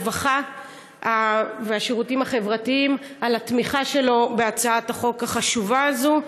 הרווחה והשירותים החברתיים על התמיכה שלו בהצעת החוק החשובה הזאת.